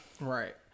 Right